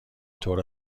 طور